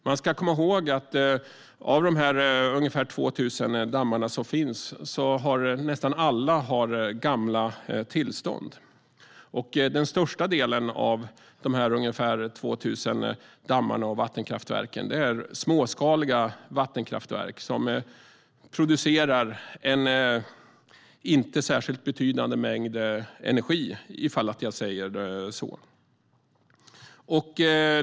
Man ska komma ihåg att av de ungefär 2 000 dammar som finns har nästan alla gamla tillstånd, och den största delen av de ungefär 2 000 dammarna och vattenkraftverken är småskaliga och producerar en inte särskilt betydande mängd energi.